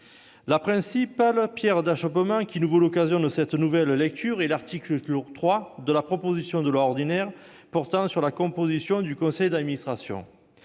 des voix. La pierre d'achoppement qui nous vaut cette nouvelle lecture est l'article 3 de la proposition de loi ordinaire, portant sur la composition du conseil d'administration.